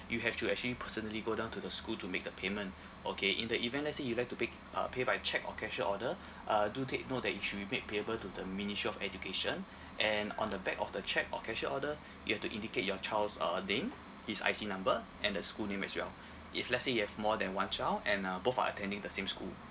you have to actually personally go down to the school to make the payment okay in the event let's say you'd like to pick uh pay by cheque or cashier order uh do take note that it should be made payable to the ministry of education and on the back of the cheque or cashier order you've to indicate your child's uh name his I_C number and the school name as well if let's say you have more than one child and uh both are attending the same school